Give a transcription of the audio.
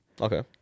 Okay